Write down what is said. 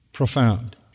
Profound